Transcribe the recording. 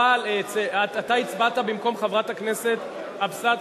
אבל אתה הצבעת במקום חברת הכנסת אבסדזה.